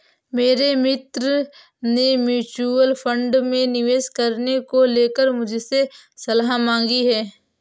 मेरे मित्र ने म्यूच्यूअल फंड में निवेश करने को लेकर मुझसे सलाह मांगी है